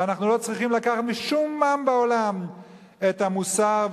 ואנחנו לא צריכים לקחת משום עם בעולם את המוסר,